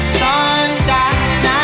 sunshine